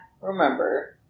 Remember